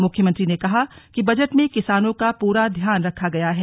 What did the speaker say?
मुख्यमंत्री ने कहा कि बजट में किसानों का पूरा ध्यान रखा गया है